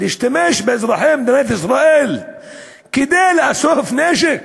להשתמש באזרחי מדינת ישראל כדי לאסוף נשק?